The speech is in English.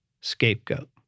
scapegoat